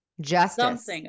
Justice